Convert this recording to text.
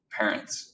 parents